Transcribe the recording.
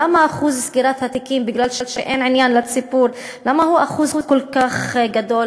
למה אחוז סגירת התיקים בגלל שאין עניין לציבור הוא אחוז כל כך גדול?